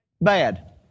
bad